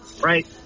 right